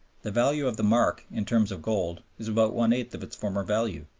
the value of the mark in terms of gold is about one-eighth of its former value.